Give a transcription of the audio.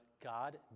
God